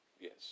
Yes